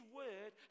word